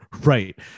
Right